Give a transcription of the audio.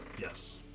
Yes